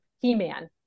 He-Man